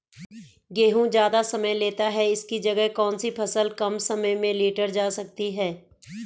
गेहूँ ज़्यादा समय लेता है इसकी जगह कौन सी फसल कम समय में लीटर जा सकती है?